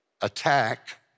attack